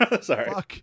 Sorry